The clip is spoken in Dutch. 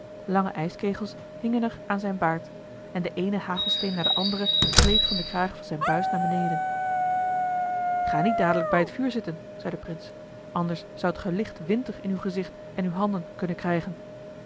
lange ijskegels hingen er aan zijn baard en de eene hagelsteen na den anderen gleed van den kraag van zijn buis naar beneden ga niet dadelijk bij het vuur zitten zei de prins anders zoudt ge licht winter in uw gezicht en uw handen kunnen krijgen